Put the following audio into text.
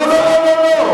לא, לא.